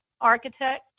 architect